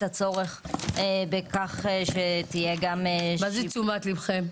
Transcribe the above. הצורך בכך שתהיה גם --- מה זה תשומת ליבכם?